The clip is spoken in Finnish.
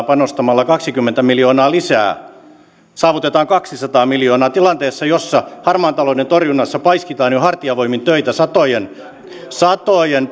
panostamalla kaksikymmentä miljoonaa lisää harmaan talouden torjuntaan saavutetaan kaksisataa miljoonaa tilanteessa jossa harmaan talouden torjunnassa paiskitaan jo hartiavoimin töitä satojen satojen